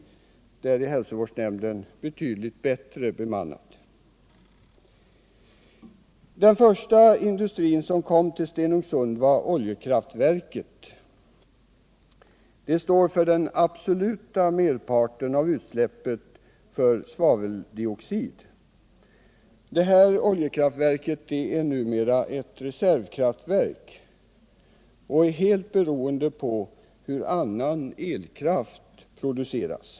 Där är hälsovårdsnämnden betydligt bättre bemannad. Den första industri som kom till Stenungsund var oljekraftverket. Det står för den absoluta merparten av utsläppet av svaveldioxid. Det här oljekraftverket är numera ett reservkraftverk och är helt beroende av hur annan elkraft produceras.